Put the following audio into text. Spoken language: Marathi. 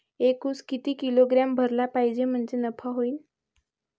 एक उस किती किलोग्रॅम भरला पाहिजे म्हणजे नफा होईन?